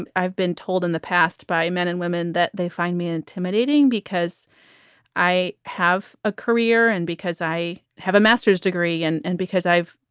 and i've been told in the past by men and women that they find me intimidating because i have a career and because i have a masters degree and and because i've,